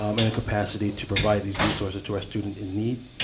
um in a capacity to provide these resources to our students in need.